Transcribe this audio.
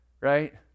right